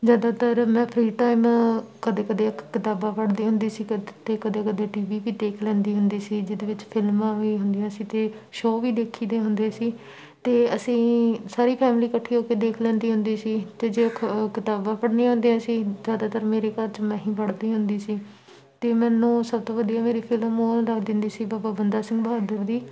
ਜ਼ਿਆਦਾਤਰ ਮੈਂ free time ਕਦੇ ਕਦੇ ਕ ਕਿਤਾਬਾਂ ਪੜ੍ਹਦੀ ਹੁੰਦੀ ਸੀ ਕਦੇ ਅਤੇ ਕਦੇ ਕਦੇ ਟੀ ਵੀ ਵੀ ਦੇਖ ਲੈਂਦੀ ਹੁੰਦੀ ਸੀ ਜਿਹਦੇ ਵਿੱਚ ਫਿਲਮਾਂ ਵੀ ਹੁੰਦੀਆਂ ਸੀ ਅਤੇ ਸ਼ੋਅ ਵੀ ਦੇਖੀਦੇ ਹੁੰਦੇ ਸੀ ਅਤੇ ਅਸੀਂ ਸਾਰੀ ਫੈਮਿਲੀ ਇਕੱਠੀ ਹੋ ਕੇ ਦੇਖ ਲੈਂਦੀ ਹੁੰਦੀ ਸੀ ਅਤੇ ਜੇ ਕ ਕਿਤਾਬਾਂ ਪੜ੍ਹਨੀਆਂ ਹੁੰਦੀਆਂ ਸੀ ਜ਼ਿਆਦਾਤਰ ਮੇਰੇ ਘਰ 'ਚ ਮੈਂ ਹੀ ਪੜ੍ਹਦੀ ਹੁੰਦੀ ਸੀ ਅਤੇ ਮੈਨੂੰ ਸਭ ਤੋਂ ਵਧੀਆ ਮੇਰੀ ਫਿਲਮ ਉਹ ਲੱਗਦੀ ਹੁੰਦੀ ਸੀ ਬਾਬਾ ਬੰਦਾ ਸਿੰਘ ਬਹਾਦਰ ਦੀ